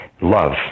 love